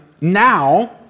Now